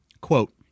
Quote